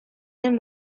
den